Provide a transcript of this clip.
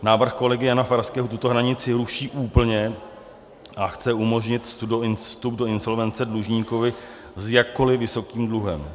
Návrh kolegy Jana Farského tuto hranici ruší úplně a chce umožnit vstup do insolvence dlužníkovi s jakkoliv vysokým dluhem.